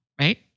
right